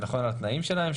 זה נכון לתנאים שלהם,